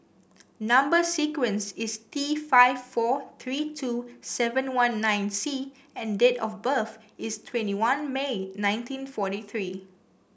number sequence is T five four three two seven one nine C and date of birth is twenty one May nineteen forty three